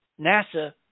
nasa